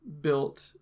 built